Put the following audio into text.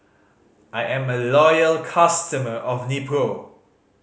I am a loyal customer of Nepro